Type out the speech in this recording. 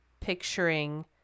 picturing